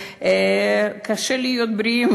קשה להיות בריאים,